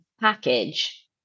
package